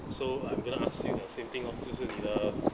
so I will not ask you the same thing lor 就是你的